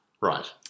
right